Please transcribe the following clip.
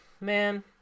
Man